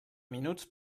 minuts